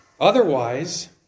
Otherwise